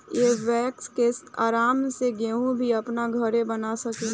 इ वैक्स के आराम से केहू भी अपना घरे बना सकेला